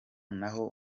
naho